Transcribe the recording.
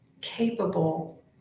capable